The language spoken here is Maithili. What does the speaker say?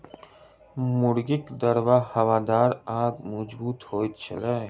मुर्गीक दरबा हवादार आ मजगूत होइत छै